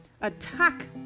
attack